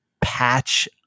patch